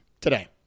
today